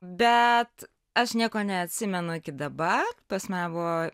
bet aš nieko neatsimenu iki dabar ta prasme buvo